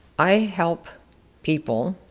i help people,